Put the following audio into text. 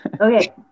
Okay